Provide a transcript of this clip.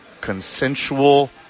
consensual